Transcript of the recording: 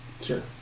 Sure